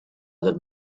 other